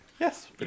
Yes